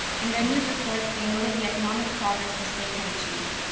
and their news reports, they noted the economic progress the state had achieved.